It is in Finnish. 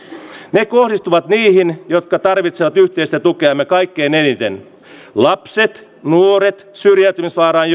ne kohdistuvat niihin jotka tarvitsevat yhteistä tukeamme kaikkein eniten lapsiin nuoriin syrjäytymisvaaraan